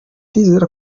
ndizera